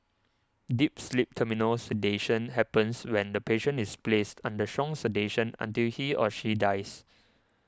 deep sleep Terminal sedation happens when the patient is placed under strong sedation until he or she dies